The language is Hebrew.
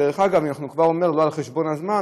דרך אגב, אם אנחנו כבר אומרים, לא על חשבון הזמן: